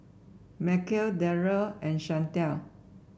Mykel Darrell and Shantell